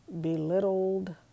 belittled